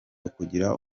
ukugira